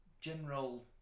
general